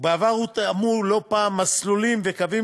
ובעבר הותאמו לא פעם מסלולים וקווים